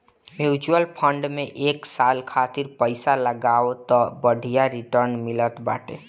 mutual fund में एक साल खातिर पईसा लगावअ तअ बढ़िया रिटर्न मिलत बाटे